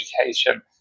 education